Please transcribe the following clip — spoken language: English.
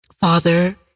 Father